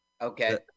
okay